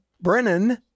Brennan